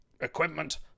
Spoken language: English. equipment